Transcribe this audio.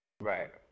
Right